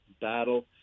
battle